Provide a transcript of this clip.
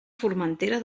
formentera